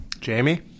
jamie